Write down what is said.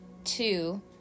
two